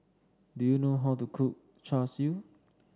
do you know how to cook Char Siu